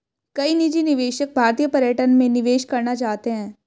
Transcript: कई निजी निवेशक भारतीय पर्यटन में निवेश करना चाहते हैं